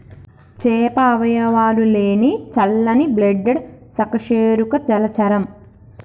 చేప అవయవాలు లేని చల్లని బ్లడెడ్ సకశేరుక జలచరం